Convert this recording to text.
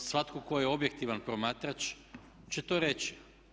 To svatko tko je objektivan promatrač će to reći.